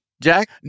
Jack